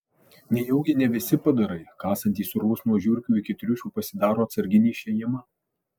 nejaugi ne visi padarai kasantys urvus nuo žiurkių iki triušių pasidaro atsarginį išėjimą